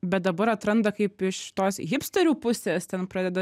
bet dabar atranda kaip iš šitos hipsterių pusės ten pradeda